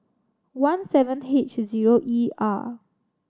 one seven H zero E R